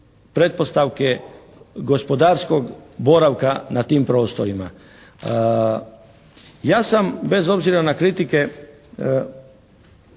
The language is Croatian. pretpostavke gospodarskog boravka na tim prostorima. Ja sam, bez obzira na kritike,